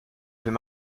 fais